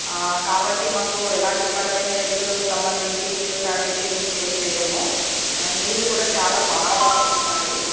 కాబట్టి మాకు ఎలాంటి పరమైన హెల్త్ సంబంధించి ఇష్యూస్ అనేది మేము ఫేస్ చెయ్యము నీళ్ళు కూడా చాలా బాగా ఉంటాయి